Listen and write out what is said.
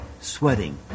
Sweating